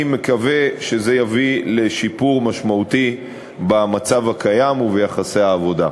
אני מקווה שזה יביא לשיפור משמעותי במצב הקיים וביחסי העבודה.